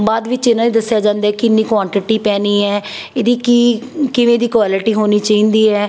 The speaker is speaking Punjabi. ਬਾਅਦ ਵਿੱਚ ਇਹਨਾਂ ਦੇ ਦੱਸਿਆ ਜਾਂਦਾ ਕਿੰਨੀ ਕੁਆਨਟੀਟੀ ਪੈਣੀ ਹੈ ਇਹਦੀ ਕੀ ਕਿਵੇਂ ਦੀ ਕੁਆਲਟੀ ਹੋਣੀ ਚਾਹੀਦੀ ਹੈ